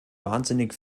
wahnsinnig